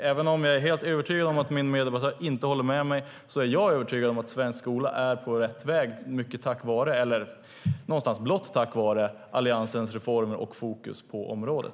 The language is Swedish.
Även om jag är säker på att min meddebattör inte håller med mig är jag övertygad om att svensk skola är på rätt väg tack vare Alliansens reformer och fokus på området.